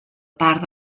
part